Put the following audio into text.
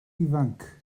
ifanc